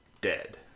dead